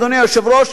אדוני היושב-ראש,